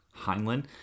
Heinlein